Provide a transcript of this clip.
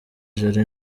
jolly